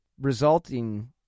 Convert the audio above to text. resulting